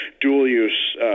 dual-use